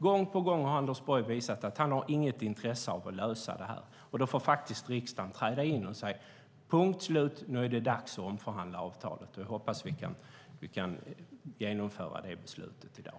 Gång på gång har Anders Borg visat att han inte har något intresse av att lösa detta. Då får faktiskt riksdagen träda in och säga att det är dags att omförhandla avtalet. Jag hoppas att vi kan fatta det beslutet i dag.